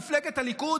מפלגת הליכוד,